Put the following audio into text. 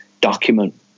document